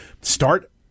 start